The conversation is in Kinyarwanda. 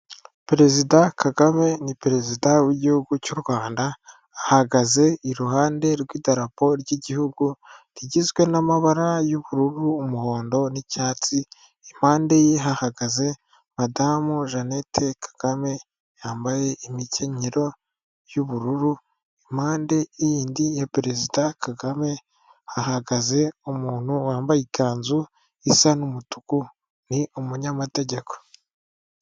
Perezida Kagame ni perezida w'igihugu cy'u Rwanda, ahagaze iruhande rw'idarapo ry'igihugu rigizwe n'amabara y'ubururu, umuhondo n'icyatsi, impande ye hahagaze madamu Jeannette Kagame yambaye imikenyero y'ubururu, impande yindi ya perezida Kagame hahagaze umuntu wambaye ikanzu isa n'umutuku ni umunyamategeko.